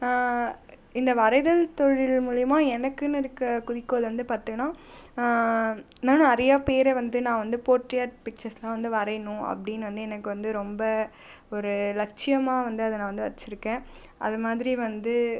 இந்த வரைதல் தொழில் மூலிமா எனக்குனு இருக்கற குறிக்கோள் வந்து பார்த்தனா நான் நிறையா பேர வந்து நான் வந்து போற்றியாட் பிக்சர்ஸ்லாம் வந்து வரையனும் அப்படினு வந்து எனக்கு வந்து ரொம்ப ஒரு லட்சியமாக வந்து அதை நான் வந்து வச்சுருக்கேன் அது மாதிரி வந்து